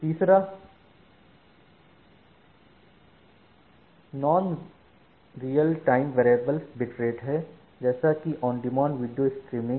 तीसरा non real time variable bit rate है जैसे कि ऑन डिमांड वीडियो स्ट्रीमिंग